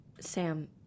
Sam